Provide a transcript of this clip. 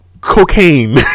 cocaine